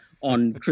on